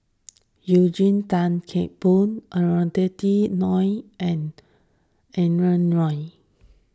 Eugene Tan Kheng Boon Norothy Ng and Adrin Loi